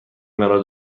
مرا